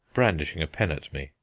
brandishing a pen at me.